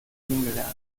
kennengelernt